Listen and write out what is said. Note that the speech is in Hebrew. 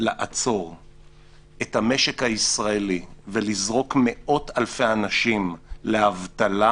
לעצור את המשק הישראלי ולזרוק מאות אלפי אנשים לאבטלה,